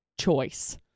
choice